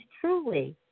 truly